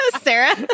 Sarah